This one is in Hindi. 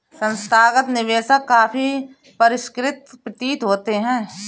संस्थागत निवेशक काफी परिष्कृत प्रतीत होते हैं